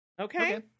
okay